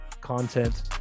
content